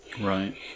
Right